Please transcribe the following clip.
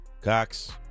Cox